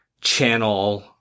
channel